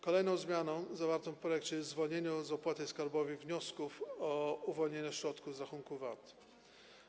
Kolejną zmianą zawartą w projekcie jest zwolnienie z opłaty skarbowej wniosków o uwolnienie środków z rachunku VAT.